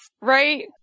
right